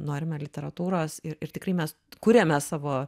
norime literatūros ir ir tikrai mes kuriame savo